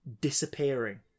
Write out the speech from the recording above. disappearing